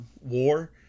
War